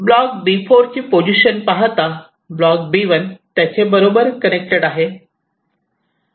block B4 ची position पाहता block B1 त्याचे बरोबर कनेक्टेड आहे